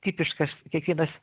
tipiškas kiekvienas